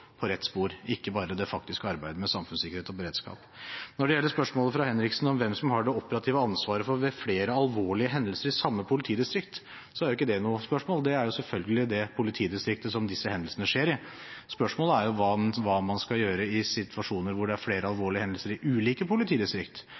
på rett spor, ikke bare det faktiske arbeidet med samfunnssikkerhet og beredskap. Når det gjelder spørsmålet fra Henriksen om hvem som har det operative ansvaret ved flere alvorlige hendelser i samme politidistrikt, er jo ikke det noe spørsmål – det er selvfølgelig det politidistriktet som disse hendelsene skjer i. Spørsmålet er hva man skal gjøre i situasjoner hvor det er flere alvorlige hendelser i ulike politidistrikt.